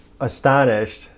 astonished